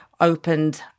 opened